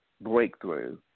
breakthrough